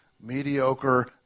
mediocre